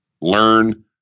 Learn